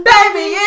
Baby